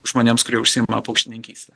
žmonėms kurie užsiima paukštininkyste